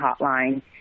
hotline